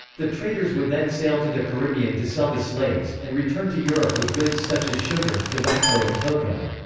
the traders would then sail to the caribbean to sell the slaves, and return to europe with goods such as sugar, tobacco and cocoa.